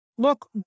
look